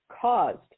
caused